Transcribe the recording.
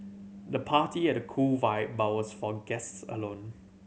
the party had a cool vibe but was for guests alone